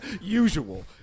usual